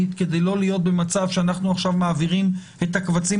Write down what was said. כדי לא להיות במצב שאנחנו עכשיו מעבירים את הקבצים